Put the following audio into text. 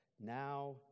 Now